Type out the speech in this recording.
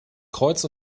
kreuz